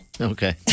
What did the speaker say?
okay